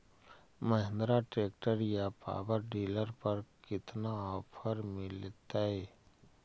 Mahindra tractor या power dealer पर कितना ओफर मीलेतय?